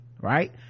right